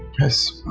yes, ah,